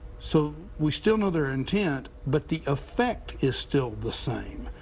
so we still know their intent, but the effect is still the same.